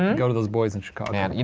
go to those boys in chicago. and you